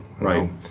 Right